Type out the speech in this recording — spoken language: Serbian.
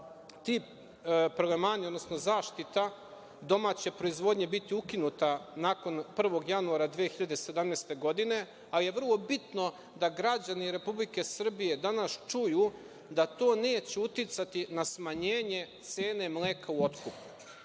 ti prelemani, odnosno zaštita domaće proizvodnje biti ukinuta nakon 1. januara 2017. godine ali je vrlo bitno da građani Republike Srbije danas čuju da to neće uticati na smanjenje cene mleka u otkupu.